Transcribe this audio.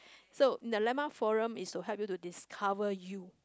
so the landmark forum is to help you to discover you